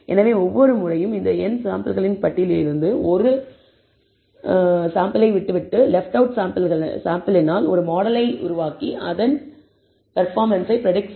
எனவே ஒவ்வொரு முறையும் இந்த n சாம்பிள்களின் பட்டியலிலிருந்து ஒரு சாம்பிளை விட்டுவிட்டு லெஃப்ட் அவுட் சாம்பிளினால் ஒரு மாடலை உருவாக்கி அதன் பெர்ப்பாமன்ஸ்ஸை பிரடிக்ட் செய்யவும்